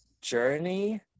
journey